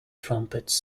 trumpets